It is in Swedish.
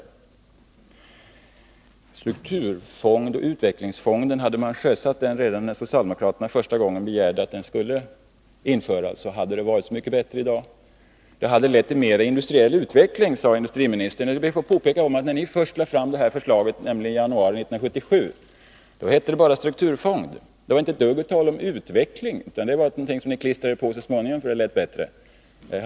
Hade man infört en strukturoch utvecklingsfond redan när socialdemokraterna första gången begärde ett införande av en sådan, hade det varit så mycket bättre i dag, det hade lett till en bättre industriell utveckling, sade industriministern. Jag ber då att få påpeka att när ni första gången lade fram ett förslag, nämligen i januari 1977, var det bara fråga om en strukturfond. Det var inte ett dugg tal om utveckling, utan den etiketten klistrade ni på så småningom, därför att det lät bättre så.